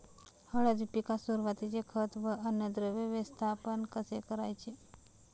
हळद पिकात सुरुवातीचे खत व अन्नद्रव्य व्यवस्थापन कसे करायचे?